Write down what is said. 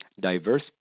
diverse